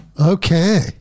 Okay